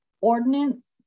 ordinance